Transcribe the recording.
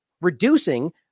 Reducing